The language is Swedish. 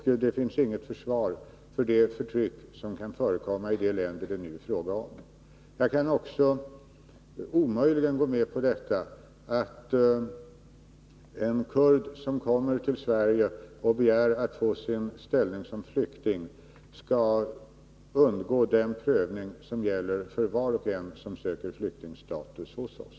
Det finns inget försvar för det förtryck som kan förekomma i de länder det nu är fråga om. Jag kan vidare omöjligen gå med på att en kurd som kommer till Sverige och begär att få ställning som flykting skall undgå den prövning som gäller för var och en som söker flyktingstatus hos oss.